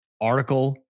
Article